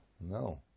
No